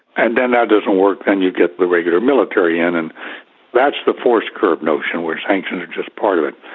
and then that doesn't work, then you get the regular military in. and that's the force curve notion, where sanctions are just part of it.